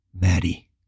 maddie